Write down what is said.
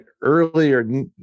earlier